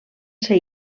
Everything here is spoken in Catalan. ser